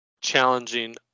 challenging